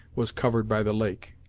was covered by the lake.